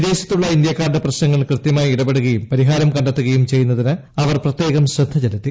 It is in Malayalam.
വിദേശത്തുള്ള ഇന്ത്യക്കാരുടെ പ്രശ്നങ്ങളിൽ കൃത്യമായി ഇടപെടുകയും പരിഹാരം കണ്ടെത്തുകയും ചെയ്യുന്നതിന് അവർ പ്രത്യേകം ശ്രദ്ധ ചെലുത്തി